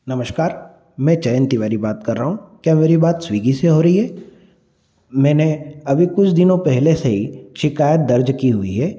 नमस्कार मैं जयंत तिवारी बात कर रहा हूँ क्या मेरी बात स्विगी से हो रही है मैंने अभी कुछ दिनों पहले से ही शिकायत दर्ज की हुई है